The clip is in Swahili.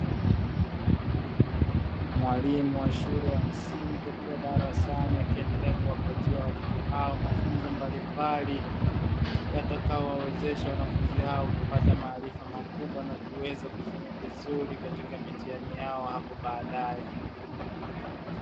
Mwalimu wa shule ya msingi akiwa darasani, akiendelea kuwapatia watoto hao mafunzo mbalimbali, yatakaowawezesha wanafunzi hao kupata maarifa makubwa na kuweza kufanya vizuri katika mitihani yao hapo baadaye.